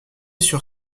sur